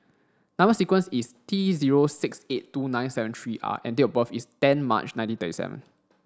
number sequence is T zero six eight two nine seven three R and date of birth is ten March nineteen thirty seven